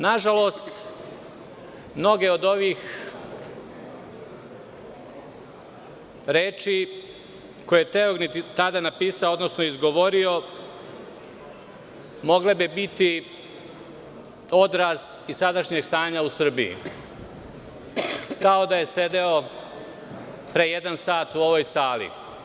Nažalost, mnoge od ovih reči koje je Teognid tada napisao, odnosno izgovorio mogle bi biti odraz i sadašnjeg stanja u Srbiji, kao da je sedeo pre jedan sat u ovoj sali.